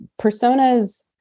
personas